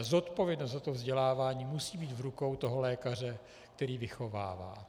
Zodpovědnost za vzdělávání musí být v rukou toho lékaře, který vychovává.